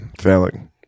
failing